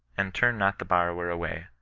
and turn not the borrower away.